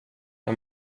jag